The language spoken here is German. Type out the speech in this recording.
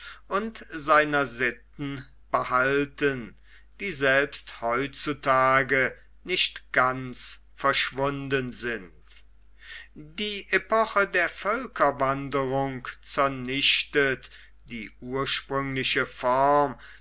und seiner sitten behalten die selbst heutzutage nicht ganz verschwunden sind die epoche der völkerwanderung zernichtet die ursprüngliche form